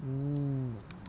mm